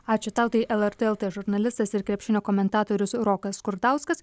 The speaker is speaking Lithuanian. ačiū tau tai lrt lt žurnalistas ir krepšinio komentatorius rokas skurdauskas